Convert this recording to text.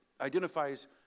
identifies